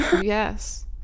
Yes